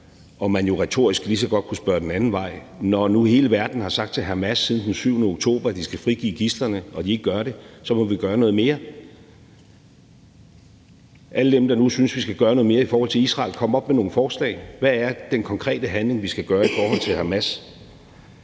Og man kunne jo retorisk lige så godt sige den anden vej: Når nu hele verden har sagt til Hamas siden den 7. oktober, at de skal frigive gidslerne, og de ikke gør det, så må vi gøre noget mere. Alle dem, der nu synes, at vi skal gøre noget mere i forhold til Israel, kom frem med nogle forslag. Hvad er den konkrete handling, vi skal gøre i forhold til Hamas?